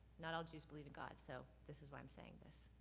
not all jews believe in god, so this is why i'm saying this.